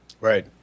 Right